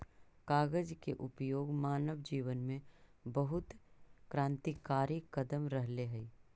कागज के उपयोग मानव जीवन में बहुत क्रान्तिकारी कदम रहले हई